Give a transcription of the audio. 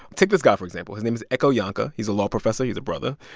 take this guy, for example. his name is ekow yankah. he's a law professor. he's a brother.